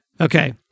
Okay